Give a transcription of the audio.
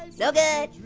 so good.